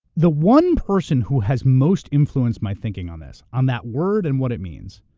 the one person who has most influenced my thinking on this, on that word and what it means,